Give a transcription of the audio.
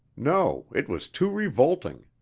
no, it was too revolting!